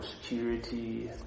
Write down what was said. security